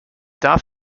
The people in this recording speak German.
darf